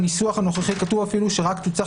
בניסוח הנוכחי כתוב אפילו שרק צריך